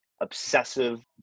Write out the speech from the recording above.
obsessive